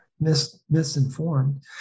misinformed